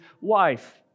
wife